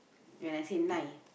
when I say nine